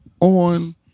on